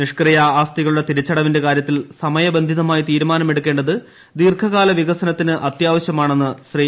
നിഷ്ക്രിയ ആസ്തികളുടെ തിരിച്ചടവിന്റെ ക്ടൂര്യത്തിൽ സമയബന്ധിതമായി തീരുമാനമെടുക്കേണ്ടത് ദീർഘകാല വികസനത്തിന് അത്യാവശ്യമാണെന്നീശ്രീ